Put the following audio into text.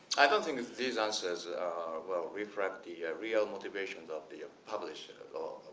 i don't think these answers will reflect the real motivations of the publisher of